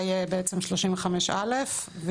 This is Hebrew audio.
(א1) במקום פסקה (9) יבוא: "(9)